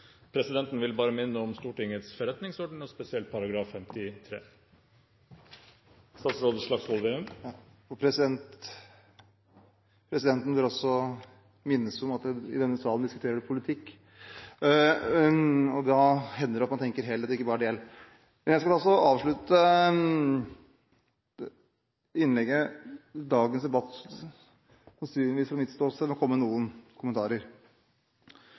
Presidenten vil minne om Stortingets forretningsorden, og spesielt § 53. Presidenten bør også minnes på at en i denne salen diskuterer politikk, og da hender det at man tenker helhet, og ikke bare del. Jeg skal avslutte dagens debatt, sannsynligvis – fra min side – med å komme med noen kommentarer.